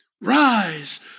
Rise